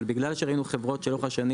אבל בגלל שראינו חברות שלאורך השנים